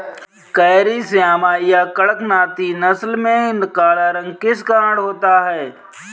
Carry श्यामा या कड़कनाथी नस्ल में काला रंग किस कारण होता है?